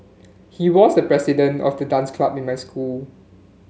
he was the president of the dance club in my school